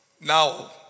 Now